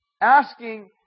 asking